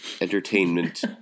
entertainment